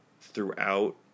throughout